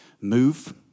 Move